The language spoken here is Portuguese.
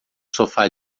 sofá